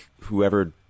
whoever